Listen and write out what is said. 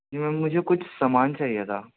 جی ma'am مجھے کچھ سامان خریدنا تھا